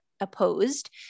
opposed